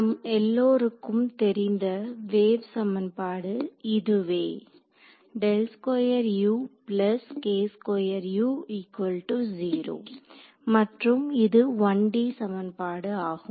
நம் எல்லோருக்கும் தெரிந்த வேவ் சமன்பாடு இதுவே மற்றும் இது 1D சமன்பாடு ஆகும்